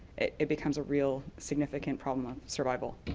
it becomes a real significant problem survival.